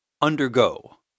Undergo